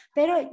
Pero